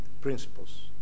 principles